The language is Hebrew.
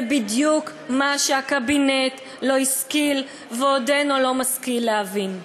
זה בדיוק מה שהקבינט לא השכיל ועודנו לא משכיל להבין.